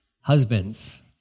Husbands